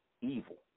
evil